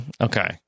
Okay